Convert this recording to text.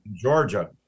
Georgia